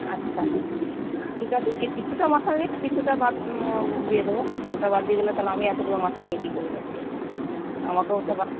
আচ্ছা ঠিক আছে এর কিছুটা মাথা নিন কিছুটা বাদ দিয়ে দেব পুরোটা বাদ দিয়ে দিলে তাহলে আমি এতগুলো মাথা নিয়ে কী করব আমাকেও তো